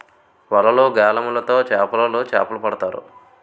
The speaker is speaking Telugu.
వలలు, గాలములు తో చేపలోలు చేపలు పడతారు